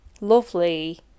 lovely